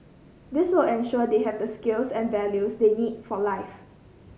this will ensure they have the skills and values they need for life